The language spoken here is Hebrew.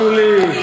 שולי,